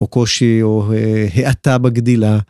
או קושי, או האטה בגדילה.